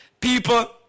People